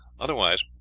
otherwise,